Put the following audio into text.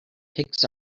pigs